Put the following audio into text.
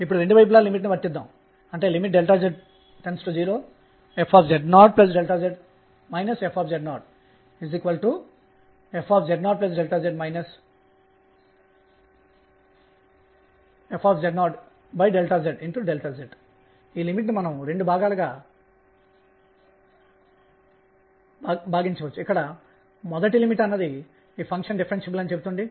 మరోవైపు central force కేంద్రక బలం V kr pఅనేది mr2ϕ ̇ ఇది యాంగులర్ మొమెంటం కన్సర్వ్ అవుతుంది